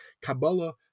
Kabbalah